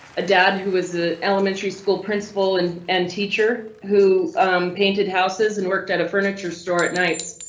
a dad who was the elementary school principal and and teacher who um painted houses and worked at a furniture store at night.